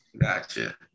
Gotcha